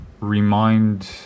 remind